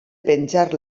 penjar